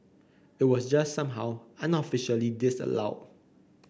it was just somehow unofficially disallowed